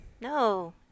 No